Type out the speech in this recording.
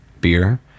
beer